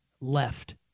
left